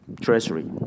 Treasury